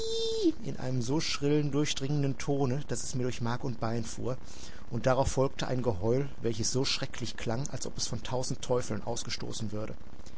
in einem so schrillen durchdringenden tone daß es mir durch mark und bein fuhr und darauf folgte ein geheul welches so schrecklich klang als ob es von tausend teufeln ausgestoßen würde